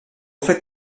fet